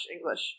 English